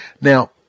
Now